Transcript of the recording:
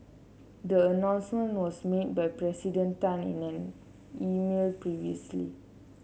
the announcement was made by President Tan in an email previously